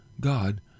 God